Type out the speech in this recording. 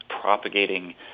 propagating